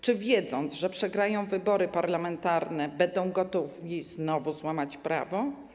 Czy wiedząc, że przegrają wybory parlamentarne, będą gotowi znowu złamać prawo?